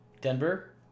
Denver